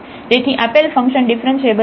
અને તેથી આપેલ ફંકશન ડીફરન્શીએબલ નથી